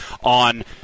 on